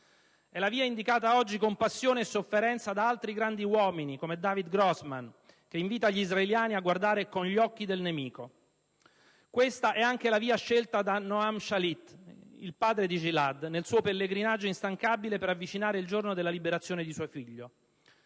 È la via indicata oggi, con passione e sofferenza, da altri grandi uomini come David Grossman, che invita gli israeliani a guardare con gli occhi del nemico. Questa è anche la via scelta da Noam Shalit, padre di Gilad, nel suo pellegrinaggio instancabile per avvicinare il giorno della liberazione di suo figlio.